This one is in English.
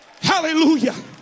Hallelujah